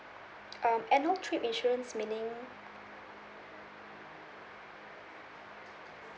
um annual trip insurance meaning